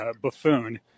buffoon